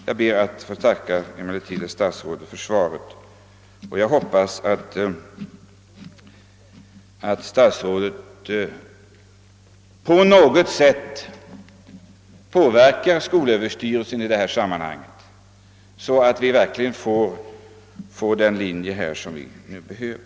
Jag ber emellertid att få tacka för svaret, och jag hoppas att statsrådet försöker påverka skolöverstyrelsen så att vi verkligen får den trätekniska linje som vi behöver.